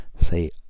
say